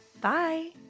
Bye